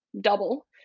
double